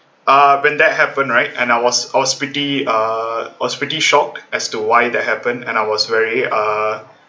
uh when that happened right and I was I was pretty uh was pretty shocked as to why that happened and I was very uh